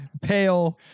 pale